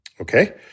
Okay